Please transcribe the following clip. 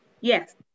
Yes